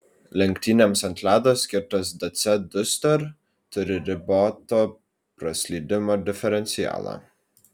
lenktynėms ant ledo skirtas dacia duster turi riboto praslydimo diferencialą